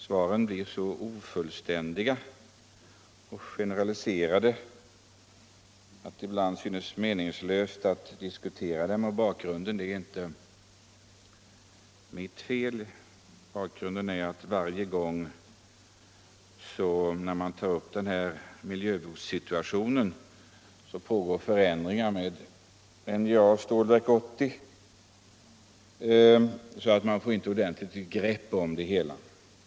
Svaren blir så ofullständiga och generella att det synes meningslöst att diskutera dem. Felet härför är inte mitt. Orsaken är att varje gång som jag tar upp denna miljövårdsfråga så inträffar samtidigt förändringar inom NJA och i fråga om planeringen av Stålverk 80, varför man inte kan få något ordentligt grepp om det hela.